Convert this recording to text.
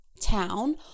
town